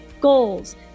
goals